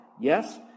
Yes